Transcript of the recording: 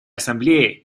ассамблеи